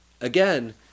again